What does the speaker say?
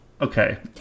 Okay